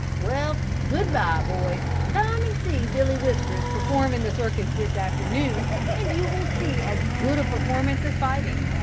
well, good-bye, boys come and see billy whiskers perform in the circus this afternoon and you will see as good a performance as fighting,